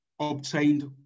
obtained